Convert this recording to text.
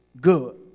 good